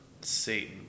Satan